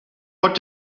what